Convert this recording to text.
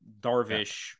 Darvish